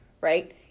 right